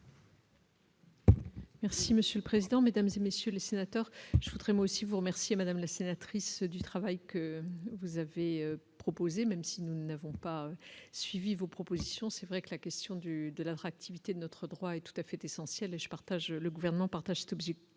Merci monsieur le président, Mesdames et messieurs les sénateurs, je voudrais moi aussi vous remercier, madame la sénatrice du travail que vous avez proposé, même si nous n'avons pas suivi vos propositions, c'est vrai que la question du de l'interactivité de notre droit est tout à fait essentiel et je partage le gouvernement partage cet objectif